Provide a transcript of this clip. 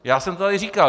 Já jsem to tady říkal.